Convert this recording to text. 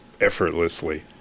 effortlessly